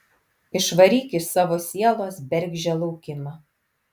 išvaryk iš savo sielos bergždžią laukimą